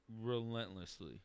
relentlessly